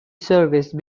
service